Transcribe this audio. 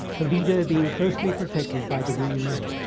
the leader being closely protected by the wing man.